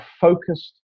focused